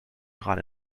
gerade